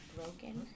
Broken